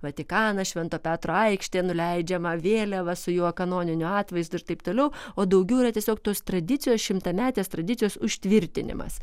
vatikanas švento petro aikštė nuleidžiama vėliava su jo kanoniniu atvaizdu ir taip toliau o daugiau yra tiesiog tos tradicijos šimtametės tradicijos užtvirtinimas